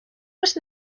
was